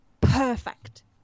perfect